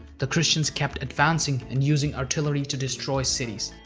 the christians kept advancing, and using artillery to destroy cities.